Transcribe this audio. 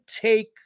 take